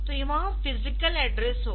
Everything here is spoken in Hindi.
तो वहफिजिकल एड्रेस होगा